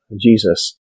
Jesus